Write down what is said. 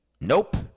Nope